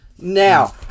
Now